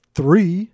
Three